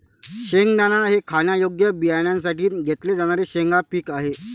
शेंगदाणा हे खाण्यायोग्य बियाण्यांसाठी घेतले जाणारे शेंगा पीक आहे